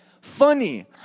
Funny